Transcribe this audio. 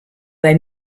bei